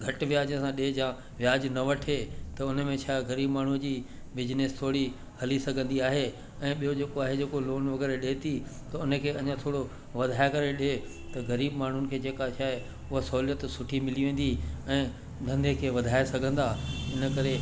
घटि व्याज सां ॾिए जा व्याज न वठे त उनमें छा ग़रीब माण्हूअ जी बिज़निस थोरी हली सघंदी आहे ऐं ॿियो जेको आहे जेको लोन वग़ैरह ॾिए थी त उनखे अञा थोरो वधाए करे ॾिए त ग़रीबु माण्हुनि खे जेका छा आहे उहा सहूलियत सुठी मिली वेंदी ऐं धंधे खे वधाए सघंदा इन करे